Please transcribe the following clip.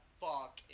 fuck